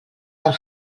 del